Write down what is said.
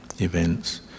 events